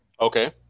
Okay